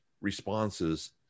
responses